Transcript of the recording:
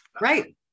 right